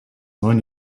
neun